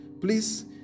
Please